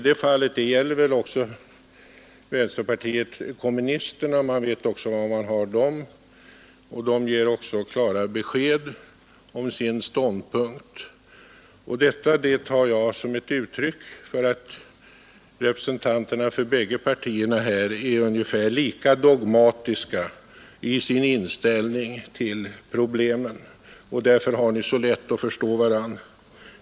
Detta gäller också vänsterpartiet kommunisterna: man vet också var man har dem, och de ger också klara besked om sin ståndpunkt. Detta tar jag som ett uttryck för att representanterna för de bägge partierna här är ungefär lika dogmatiska i sin inställning till problemen — därför har de också lätt att förstå varandra.